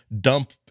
dump